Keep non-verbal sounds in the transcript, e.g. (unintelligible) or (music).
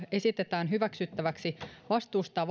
esitetään hyväksyttäväksi vastuusta (unintelligible)